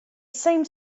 seemed